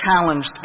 challenged